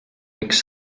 miks